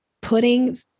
Putting